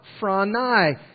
franai